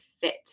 fit